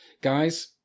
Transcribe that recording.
guys